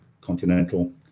Continental